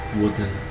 wooden